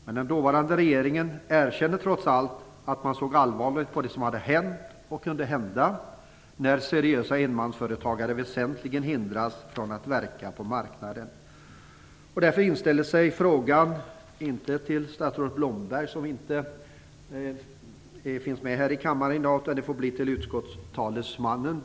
Men den dåvarande regeringen erkände, trots allt, att man såg allvarligt på det som hade hänt och kunde hända när seriösa enmansföretagare väsentligen hindras från att verka på marknaden. Statsrådet Blomberg är inte i kammaren i dag. Därför får jag ställa min fråga till utskottets talesman.